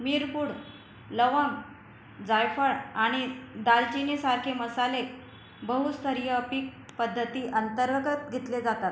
मिरपूड लवंग जायफळ आणि दालचिनीसारखे मसाले बहुस्तरीय पीक पद्धती अंतर्गत घेतले जातात